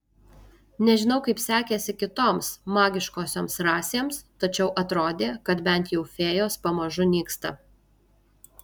nežinau kaip sekėsi kitoms magiškosioms rasėms tačiau atrodė kad bent jau fėjos pamažu nyksta